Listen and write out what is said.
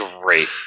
Great